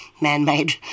man-made